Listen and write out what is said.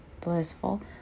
blissful